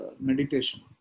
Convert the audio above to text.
meditation